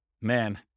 man